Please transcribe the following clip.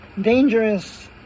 dangerous